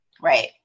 Right